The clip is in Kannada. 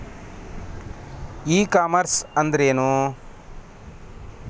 ಇ ಕಾಮರ್ಸ್ ಅಂದ್ರೇನು?